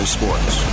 Sports